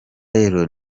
rero